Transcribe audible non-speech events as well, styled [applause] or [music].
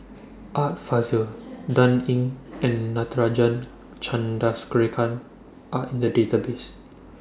Art Fazil Dan Ying and Natarajan [unintelligible] Are in The Database